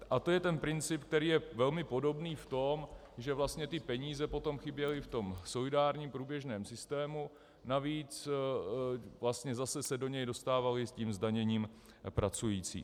A to je ten princip, který je velmi podobný v tom, že vlastně ty peníze potom chyběly v tom solidárním průběžném systému, navíc vlastně se zase do něj dostávaly s tím zdaněním pracujících.